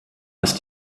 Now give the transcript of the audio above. ist